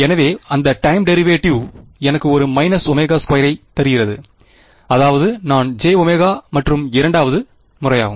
எனவே அந்த time derivative எனக்கு ஒரு மைனஸ் ஒமேகா ஸ்கொயரை தருகிறது அதாவது நான் jω மற்றும் இரண்டாவது முறையாகும்